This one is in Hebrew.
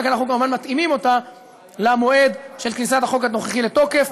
רק אנחנו כמובן מתאימים אותה למועד של כניסת החוק הנוכחי לתוקף,